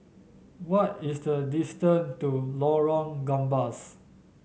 what is the distance to Lorong Gambas